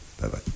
Bye-bye